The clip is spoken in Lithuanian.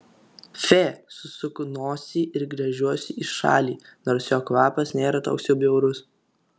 fe susuku nosį ir gręžiuosi į šalį nors jo kvapas nėra toks jau bjaurus